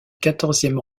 quatorzième